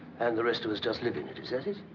and the rest of us just live in it, is that it?